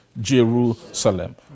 Jerusalem